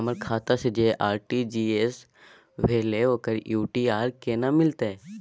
हमर खाता से जे आर.टी.जी एस भेलै ओकर यू.टी.आर केना मिलतै?